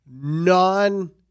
non